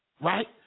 right